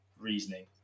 reasoning